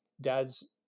dads